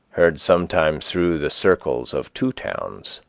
heard sometimes through the circles of two towns.